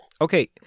Okay